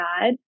God